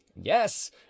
yes